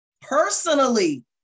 personally